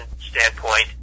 standpoint